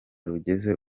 rugeze